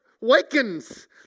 wakens